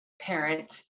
parent